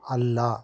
ಅಲ್ಲ